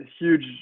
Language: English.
huge